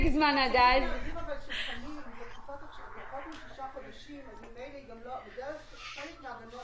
--- פחות משלושה חודשים חלק מההגנות